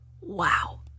wow